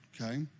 okay